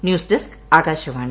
news desk Akashvani